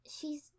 She's